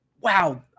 wow